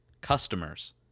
customers